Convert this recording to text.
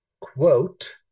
Quote